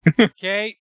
Okay